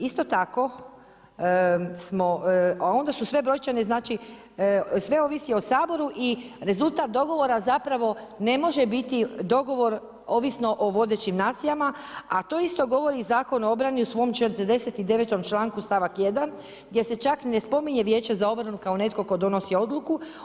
Isto tako, a onda su sve brojčane znači, sve ovisi o Saboru i rezultat dogovora zapravo ne može biti dogovor ovisno o vodećim nacijama a to isto govori i Zakon o obrani u svom 49. članku stavak 1. gdje se čak ni ne spominje Vijeće za obranu kao netko tko donosi odluku.